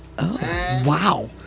Wow